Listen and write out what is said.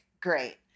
Great